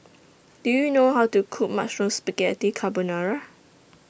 Do YOU know How to Cook Mushroom Spaghetti Carbonara